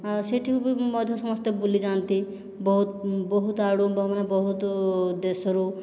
ଆଉ ସେ'ଠିକୁ ବି ମଧ୍ୟ ସମସ୍ତେ ବୁଲି ଯାଆନ୍ତି ବହୁତ ବହୁତ ଆଡ଼ୁ ମାନେ ବହୁତ ଦେଶରୁ